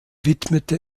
widmete